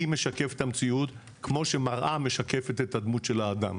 היא משקפת את המציאות כמו שמראה משקפת את הדמות של האדם.